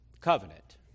covenant